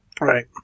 Right